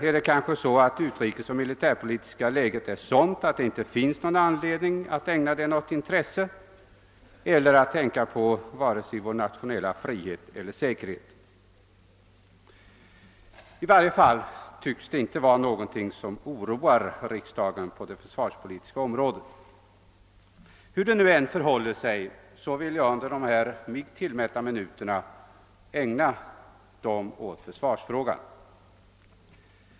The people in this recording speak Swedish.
Är kanske det utrikespolitiska och militärpolitiska läget sådant att det inte finns någon anledning att ägna försvarsfrågan något intresse, eller behöver vi inte tänka på vare sig vår nationella frihet eller säkerhet? Ingenting tycks i varje fall oroa riksdagen på det försvarspolitiska området. Hur det nu än förhåller sig, vill jag ägna de mig tillmätta minuterna åt försvarsfrågan.